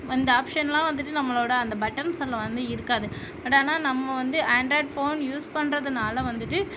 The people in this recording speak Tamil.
அந்த ஆப்ஷன்ல்லாம் வந்துட்டு நம்மளோட அந்த பட்டன் செல்லில் வந்து இருக்காது பட் ஆனால் நம்ம வந்து ஆண்ட்ராய்ட் ஃபோன் யூஸ் பண்ணுறதுனால வந்துட்டு